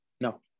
No